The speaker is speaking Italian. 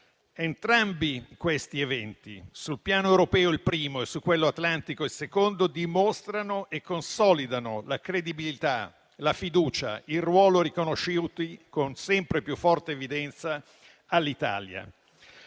Entrambi questi eventi - sul piano europeo il primo e su quello atlantico il secondo - dimostrano e consolidano la credibilità, la fiducia e il ruolo riconosciuti con sempre più forte evidenza all'Italia.